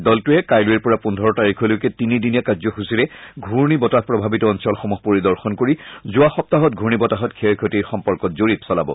দলটোৱে কাইলৈৰে পৰা তাৰিখলৈকে তিনিদিনীয়া কাৰ্যসূচীৰে ঘূৰ্ণীবতাহ প্ৰভাৱিত অঞ্চলসমূহ পৰিদৰ্শন কৰি যোৱা সপ্তাহত ঘূৰ্ণীবতাহত ক্ষয় ক্ষতি সম্পৰ্কত জৰীপ চলাব